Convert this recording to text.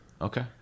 Okay